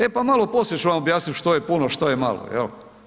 E pa malo poslije ću vam objasnit što je puno, što je malo, jel?